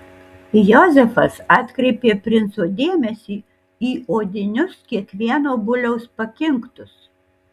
jozefas atkreipė princo dėmesį į odinius kiekvieno buliaus pakinktus